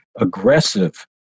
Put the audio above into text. aggressive